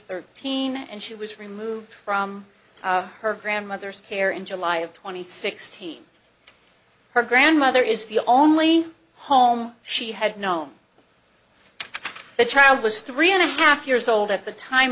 thirteen and she was removed from her grandmother's care in july of two thousand and sixteen her grandmother is the only home she had known the child was three and a half years old at the time